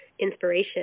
inspiration